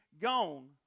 gone